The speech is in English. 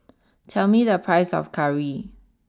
tell me the price of Curry